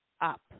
up